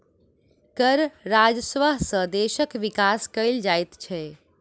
कर राजस्व सॅ देशक विकास कयल जाइत छै